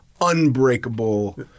unbreakable